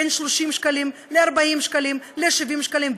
בין 30 שקלים ל-40 שקלים ל-70 שקלים,